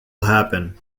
happen